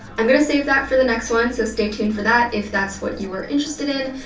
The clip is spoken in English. i'm gonna save that for the next one so stay tuned for that if that's what you were interested in.